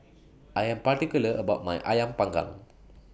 I Am particular about My Ayam Panggang